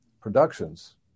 productions